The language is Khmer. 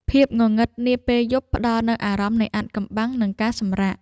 ភាពងងឹតនាពេលយប់ផ្តល់នូវអារម្មណ៍នៃអាថ៌កំបាំង និងការសម្រាក។